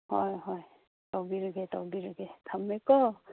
ꯍꯣꯏ ꯍꯣꯏ ꯇꯧꯕꯤꯔꯒꯦ ꯇꯧꯕꯤꯔꯒꯦ ꯊꯝꯃꯦꯀꯣ